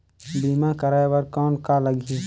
बीमा कराय बर कौन का लगही?